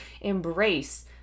embrace